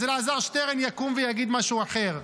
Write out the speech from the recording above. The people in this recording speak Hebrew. אז אלעזר שטרן יקום ויגיד משהו אחר,